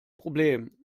problem